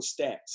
stats